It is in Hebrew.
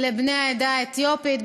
לבני העדה האתיופית.